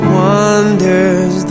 wonders